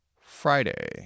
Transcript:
Friday